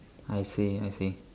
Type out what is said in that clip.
I see I see